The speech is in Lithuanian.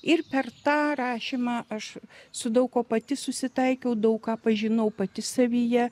ir per tą rašymą aš su daug kuo pati susitaikiau daug ką pažinau pati savyje